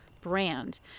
brand